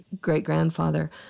great-grandfather